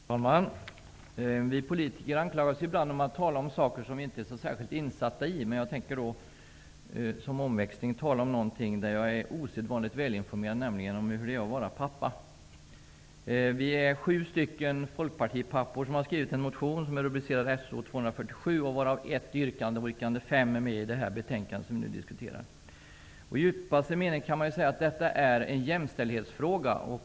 Herr talman! Vi politiker anklagas ibland för att tala om saker som vi inte är så insatta i. Jag tänker som omväxling tala om något där jag är osedvanligt välinformerad, nämligen om hur det är att vara pappa. Vi är sju folkpartipappor som har väckt motion So247, varav yrkande 5 tas upp i det betänkande vi nu diskuterar. I djupaste mening är det här fråga om jämställdhet.